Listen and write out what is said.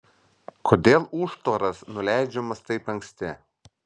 kodėl užtvaras nuleidžiamas taip anksti